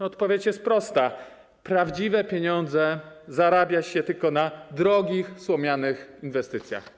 Odpowiedź jest prosta: prawdziwe pieniądze zarabia się tylko na drogich, słomianych inwestycjach.